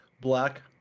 Black